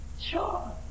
Sure